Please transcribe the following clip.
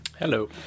Hello